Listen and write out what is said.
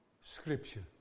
scripture